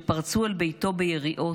שפרצו אל ביתו ביריות,